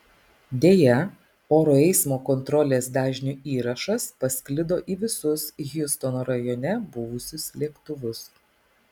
deja oro eismo kontrolės dažniu įrašas pasklido į visus hjustono rajone buvusius lėktuvus